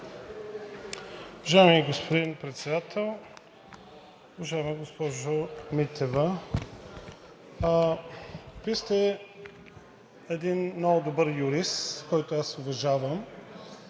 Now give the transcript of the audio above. Уважаеми господин Председател! Уважаема госпожо Митева, Вие сте един много добър юрист, който аз уважавам,